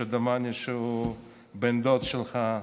שדומני שהוא בן דוד שלך,